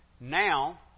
now